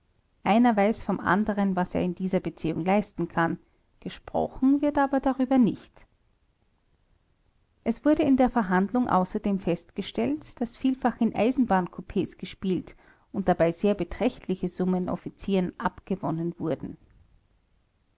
einer weiß vom andern was er in dieser beziehung leisten kann gesprochen wird aber darüber nicht es wurde in der verhandlung außerdem festgestellt daß vielfach in eisenbahnkupees gespielt und dabei sehr beträchtliche summen offizieren abgewonnen wurden